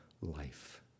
life